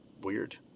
weird